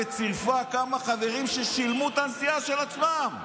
וצירפה כמה חברים ששילמו את הנסיעה של עצמם,